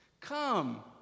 Come